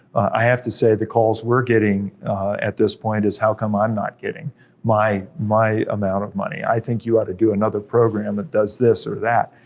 i have to say the calls we're getting at this point is, how come i'm not getting my my amount of money? i think you ought to do another program that does this or that.